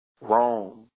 Rome